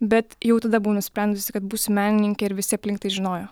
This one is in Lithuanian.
bet jau tada buvau nusprendusi kad būsiu menininkė ir visi aplink tai žinojo